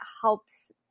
helps